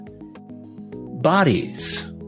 bodies